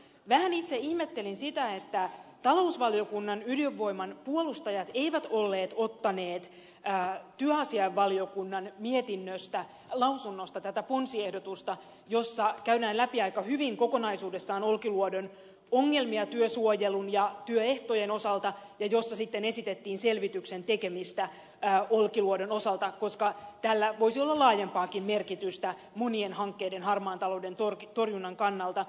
vähän itse ihmettelin sitä että talousvaliokunnan ydinvoiman puolustajat eivät olleet ottaneet työasiainvaliokunnan lausunnosta tätä ponsiehdotusta jossa käydään läpi aika hyvin kokonaisuudessaan olkiluodon ongelmia työsuojelun ja työehtojen osalta ja jossa esitettiin selvityksen tekemistä olkiluodon osalta koska tällä voisi olla laajempaakin merkitystä monien hankkeiden harmaan talouden torjunnan kannalta